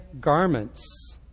garments